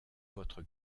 votre